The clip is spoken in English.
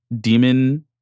demon